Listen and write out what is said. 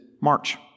march